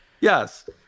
Yes